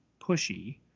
pushy